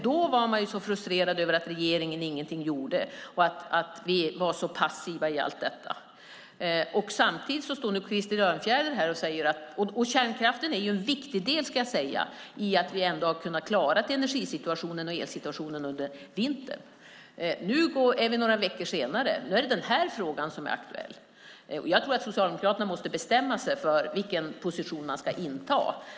Då var man så frustrerad över att regeringen ingenting gjorde och att vi var så passiva i allt detta. Och kärnkraften är en viktig del, ska jag säga, när det gäller att vi ändå har kunnat klara energisituationen och elsituationen under vintern. Nu, någon vecka senare, är det den här frågan som är aktuell. Jag tror att Socialdemokraterna måste bestämma sig för vilken position man ska inta.